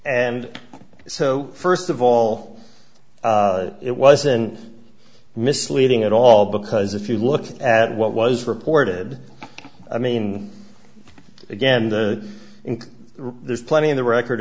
and so first of all it wasn't misleading at all because if you look at what was reported i mean again the in the plenty on the record